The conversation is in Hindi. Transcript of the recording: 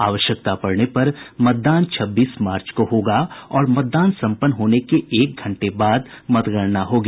आवश्यकता पडने पर मतदान छब्बीस मार्च को होगा और मतदान संपन्न होने के एक घंटे बाद मतगणना होगी